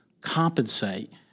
compensate